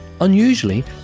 Unusually